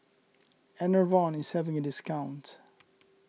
Enervon is having a discount